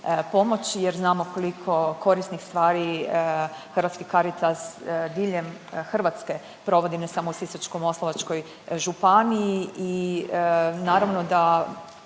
pomoći jer znamo koliko korisnih stvari Hrvatski Caritas diljem Hrvatske provodi ne samo u Sisačko-moslavačkoj županiji i naravno da